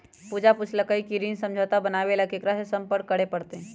पूजा पूछल कई की ऋण समझौता बनावे ला केकरा से संपर्क करे पर तय?